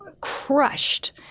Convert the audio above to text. crushed